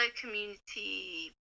community